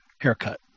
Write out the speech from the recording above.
haircut